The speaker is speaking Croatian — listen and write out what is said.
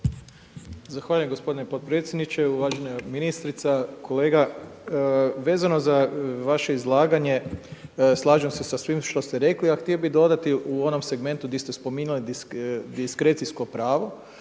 Zahvaljujem gospodine potpredsjedniče, uvažena ministrica. Kolega vezano za vaše izlaganje slažem se sa svim što ste rekli, a htio bih dodati u onom segmentu di ste spominjali diskrecijsko pravo,